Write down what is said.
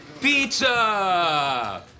Pizza